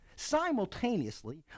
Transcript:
Simultaneously